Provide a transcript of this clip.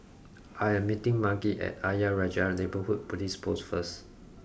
I am meeting Margy at Ayer Rajah Neighbourhood Police Post first